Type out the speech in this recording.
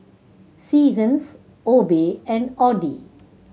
Seasons Obey and Audi